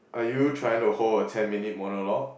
are you trying to hold a ten minute monologue